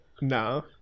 no